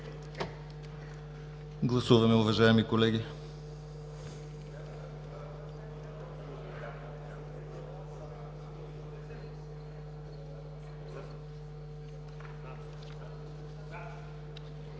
Гласуваме, уважаеми колеги.